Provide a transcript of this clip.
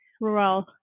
rural